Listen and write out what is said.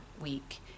week